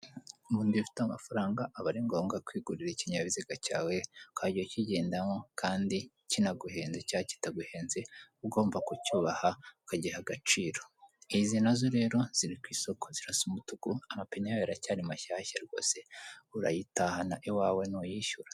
Ubundi iyo ufite amafaranga aba ari ngombwa kwigurira ikinyabiziga cyawe ukajya ukigendamo kandi kinaguhenze, icya kitaguhenze ugomba kucyubaha ukagiha agaciro izi nazo rero ziri ku isoko zirasa umutuku amapineyo aracyari mashyashya rwose urayitahana iwawe nuyishyura.